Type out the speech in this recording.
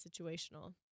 situational